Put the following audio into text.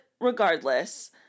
regardless